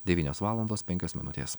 devynios valandos penkios minutės